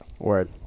Word